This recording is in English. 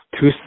two